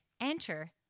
enter